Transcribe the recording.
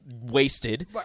wasted